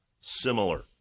similar